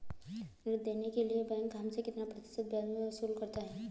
ऋण देने के लिए बैंक हमसे कितना प्रतिशत ब्याज वसूल करता है?